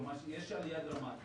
כלומר יש עלייה דרמטית.